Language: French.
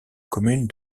commune